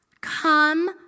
Come